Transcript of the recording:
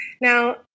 Now